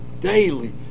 daily